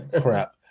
crap